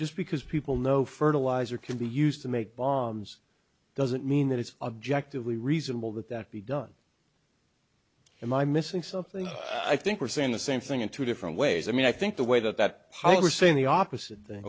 just because people know fertilizer can be used to make bombs doesn't mean that it's objectively reasonable that that be done am i missing something i think we're saying the same thing in two different ways i mean i think the way that that how you were saying the opposite